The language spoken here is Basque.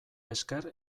esker